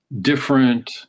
different